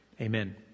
amen